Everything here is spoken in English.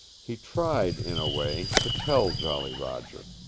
he tried, in a way, to tell jolly roger.